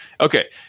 Okay